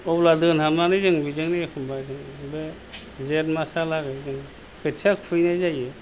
अब्ला दोनहाबनानै जों बेजोंनो एखमबा जों जेठ मासहालागै जों खोथिया खुबैनाय जायो